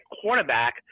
quarterback